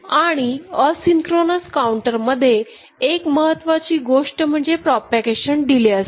आणि asynchronous counter मध्ये एक महत्त्वाची गोष्ट म्हणजे प्रोपॅगेशन डिले असते